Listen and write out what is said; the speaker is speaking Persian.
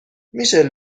میشه